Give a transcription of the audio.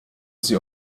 sie